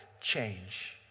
change